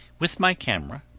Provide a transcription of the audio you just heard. with my camera,